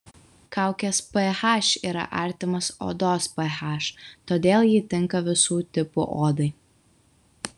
kaukės ph yra artimas odos ph todėl ji tinka visų tipų odai